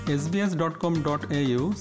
sbs.com.au